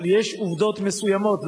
אבל יש עובדות מסוימות.